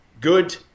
good